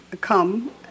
come